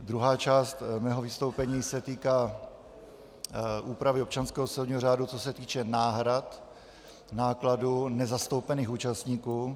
Druhá část mého vystoupení se týká úpravy občanského soudního řádu, co se týče náhrad nákladů nezastoupených účastníků.